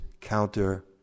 counter